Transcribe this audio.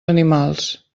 animals